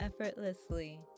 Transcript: effortlessly